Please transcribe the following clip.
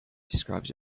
described